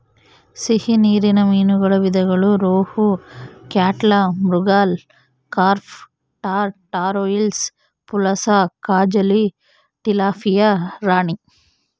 ಸಿಹಿ ನೀರಿನ ಮೀನುಗಳ ವಿಧಗಳು ರೋಹು, ಕ್ಯಾಟ್ಲಾ, ಮೃಗಾಲ್, ಕಾರ್ಪ್ ಟಾರ್, ಟಾರ್ ಹಿಲ್ಸಾ, ಪುಲಸ, ಕಾಜುಲಿ, ಟಿಲಾಪಿಯಾ ರಾಣಿ